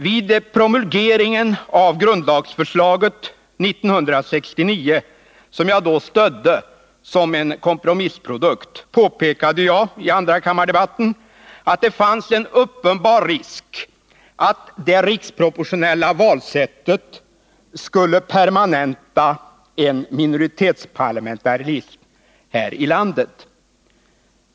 Vid promulgeringen av grundlagsförslaget 1969, som jag då stödde som en kompromissprodukt, påpekade jag i andrakammaredebatten att det fanns en uppenbar risk att det riksproportionella valsättet skulle permanenta en minoritetsparlamentarism här i landet.